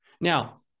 now